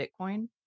Bitcoin